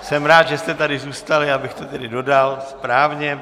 Jsem rád, že jste tady zůstali, já bych to tedy dodal správně.